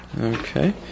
Okay